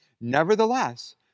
Nevertheless